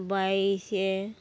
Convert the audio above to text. ᱵᱟᱭᱤᱥᱮ